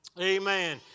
Amen